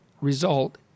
result